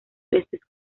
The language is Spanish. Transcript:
veces